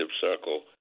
Circle